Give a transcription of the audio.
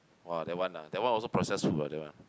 !wah! that one ah that one also processed food ah that one